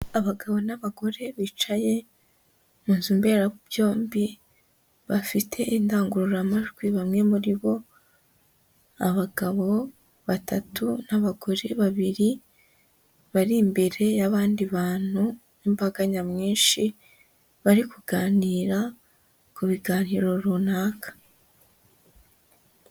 Abagabo n'abagore bicaye mu nzu mberabyombi, bafite indangururamajwi, bamwe muri bo ni abagabo batatu n'abagore babiri, bari imbere y'abandi bantu b'imbaga nyamwinshi, bari kuganira ku biganiro runaka.